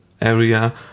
area